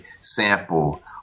sample